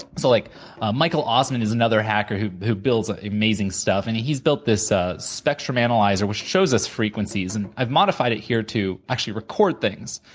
so like ah michael osmond is another hacker who who builds ah amazing stuff, and he's built this ah spectrum analyzer, which shows us frequencies, and i've modified it here to actually record things,